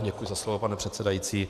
Děkuji za slovo, pane předsedající.